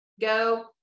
go